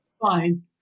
fine